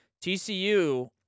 TCU